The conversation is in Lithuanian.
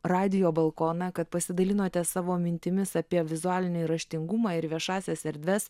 radijo balkoną kad pasidalinote savo mintimis apie vizualinį raštingumą ir viešąsias erdves